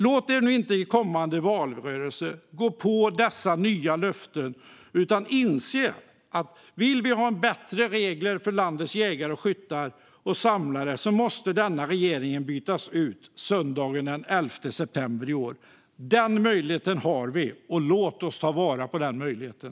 Låt er nu inte i kommande valrörelse gå på dessa nya löften, utan inse att vill vi ha bättre regler för landets jägare, skyttar och samlare måste denna regering bytas ut söndagen den 11 september i år. Den möjligheten har vi. Låt oss ta vara på den.